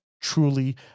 truly